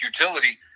utility